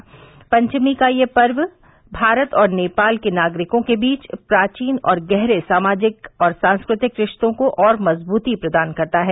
विवाह पंचमी का यह पर्व भारत और नेपाल के नागरिकों के बीच प्राचीन और गहरे सामाजिक व सांस्कृतिक रिश्तों को और मज़बूती प्रदान करता है